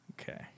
Okay